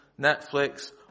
Netflix